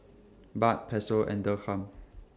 Baht Peso and Dirham